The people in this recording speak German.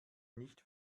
nicht